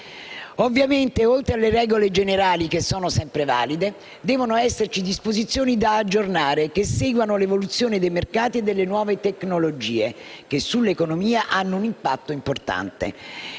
Ovviamente, oltre alle regole generali, che sono valide sempre, devono esserci disposizioni da aggiornare, che seguano l'evoluzione dei mercati e delle nuove tecnologie, che sull'economia hanno un impatto importante.